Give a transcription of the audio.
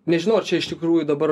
nežinau ar čia iš tikrųjų dabar